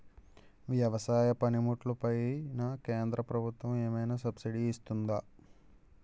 వ్యవసాయ పనిముట్లు పైన కేంద్రప్రభుత్వం ఏమైనా సబ్సిడీ ఇస్తుందా?